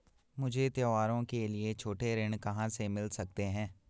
मुझे त्योहारों के लिए छोटे ऋण कहाँ से मिल सकते हैं?